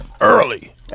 Early